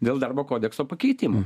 dėl darbo kodekso pakeitimų